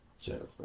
Jennifer